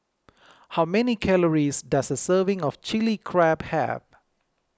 how many calories does a serving of Chilli Crab have